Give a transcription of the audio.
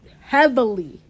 heavily